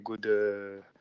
good